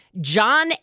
John